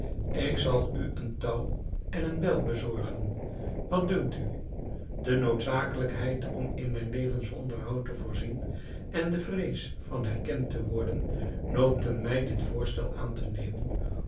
ik zal u een touw en een bijl bezorgen wat dunkt u de noodzakelijkheid om in mijn levensonderhoud te voorzien en de vrees van herkend te worden noopten mij dit voorstel aan te nemen